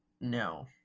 No